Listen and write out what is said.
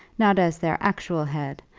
not as their actual head,